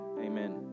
amen